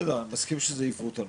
יוסי, אולי תבוא ותזכיר את זה.